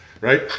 Right